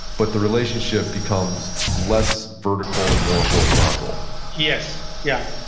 but the relationship becomes less vertical and more horizontal yes, yeah,